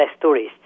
tourists